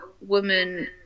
woman